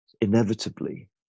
inevitably